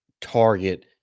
target